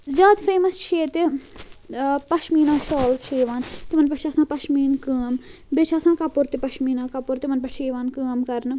زیادٕ فیٚمَس چھِ ییٚتہِ پَشمیٖنا شالٕز چھِ یِوان تِمَن پٮ۪ٹھ چھِ آسان پَشمیٖن کٲم بیٚیہِ چھِ آسان کَپُر تہِ پَشمیٖنا کَپُر تِمَن پٮ۪ٹھ چھِ یِوان کٲم کَرنہٕ